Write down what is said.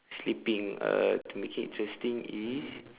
sleeping uh to make it interesting is